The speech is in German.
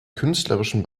künstlerischen